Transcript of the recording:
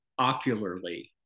ocularly